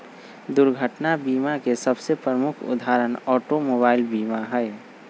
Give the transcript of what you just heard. दुर्घटना बीमा के सबसे प्रमुख उदाहरण ऑटोमोबाइल बीमा हइ